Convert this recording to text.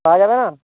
পাওয়া যাবে না